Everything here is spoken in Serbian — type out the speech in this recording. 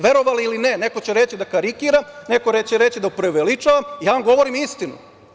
Verovali ili ne, neko će reći da karikiram, neko će reći da preuveličavam, ja vam govorim istinu.